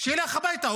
שילך הביתה.